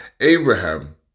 Abraham